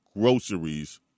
groceries